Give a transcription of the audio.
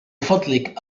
فضلك